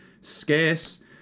scarce